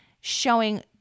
showing